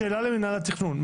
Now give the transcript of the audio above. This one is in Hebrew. שאלה למינהל התכנון,